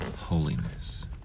Holiness